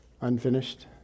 Unfinished